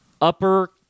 upper